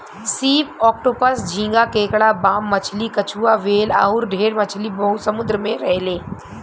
सीप, ऑक्टोपस, झींगा, केकड़ा, बाम मछली, कछुआ, व्हेल अउर ढेरे मछली समुंद्र में रहेले